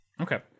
okay